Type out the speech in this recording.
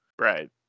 Right